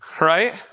right